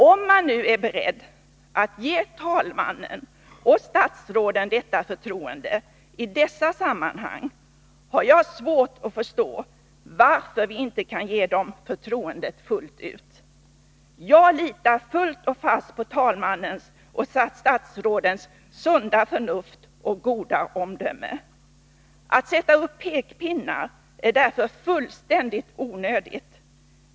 Om man nu är beredd att ge talmannen och statsråden detta förtroende i dessa sammanhang har jag svårt att förstå varför vi inte kan ge dem förtroendet fullt ut. Jag litar fullt och fast på talmannens och statsrådens sunda förnuft och goda omdöme. Att sätta upp pekpinnar är därför fullständigt onödigt.